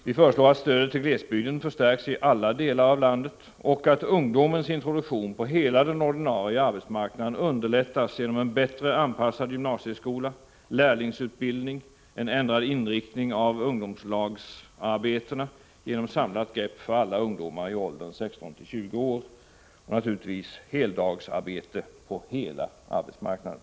Vi föreslår att stödet till glesbygden förstärks i alla delar av landet och att ungdomens introduktion på hela den ordinarie arbetsmarknaden underlättas genom en bättre anpassad gymnasieskola, lärlingsutbildning, ändring av inriktningen av ungdomslagsarbetena genom ett samlat grepp för alla ungdomar i åldern 16-20 år, vidare naturligtvis heldagsarbete på hela arbetsmarknaden.